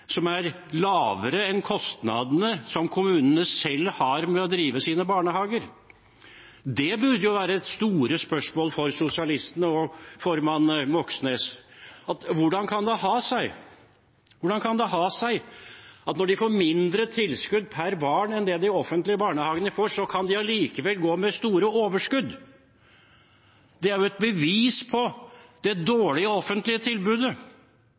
som er lavere enn kostnadene som kommunene selv har med å drive sine barnehager. Det burde jo være det store spørsmålet for sosialistene og formann Moxnes: Hvordan kan det ha seg at selv om de får mindre tilskudd per barn enn det de offentlige barnehagene får, kan de allikevel gå med store overskudd? Dette er et bevis på det dårlige offentlige tilbudet,